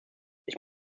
ich